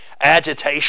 agitation